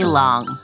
long